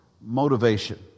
motivation